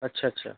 अच्छा अच्छा